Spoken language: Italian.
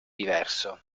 diverso